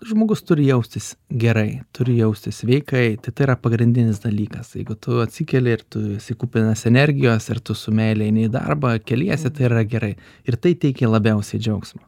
žmogus turi jaustis gerai turi jaustis sveikai tai tai yra pagrindinis dalykas jeigu tu atsikeli ir tu esi kupinas energijos ir tu su meile eini į darbą keliesi tai yra gerai ir tai teikė labiausiai džiaugsmo